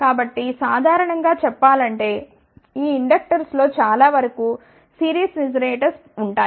కాబట్టి సాధారణం గా చెప్పాలంటే ఈ ఇండక్టర్స్ లో చాలా వరకు సిరీస్ రెసొనేటర్స్ ఉంటాయి